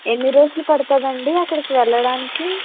ఎన్ని రోజులు పడుతుందండి అక్కడికి వెళ్ళడానికి